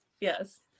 yes